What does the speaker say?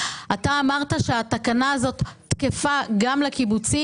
אתה אמרת שהתקנה הזאת תקפה גם לקיבוצים.